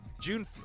June